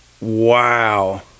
Wow